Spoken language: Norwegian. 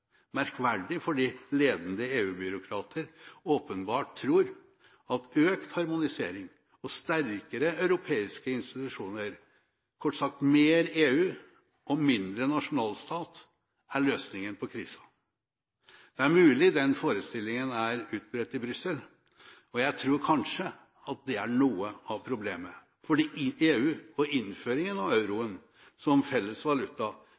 merkverdig fordi ledende EU-byråkrater åpenbart tror at økt harmonisering og sterkere europeiske institusjoner – kort sagt mer EU og mindre nasjonalstat – er løsningen på krisen. Det er mulig den forestillingen er utbredt i Brussel. Jeg tror kanskje det er noe av problemet, for EU og innføringen av euroen som felles valuta